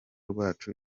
rwacu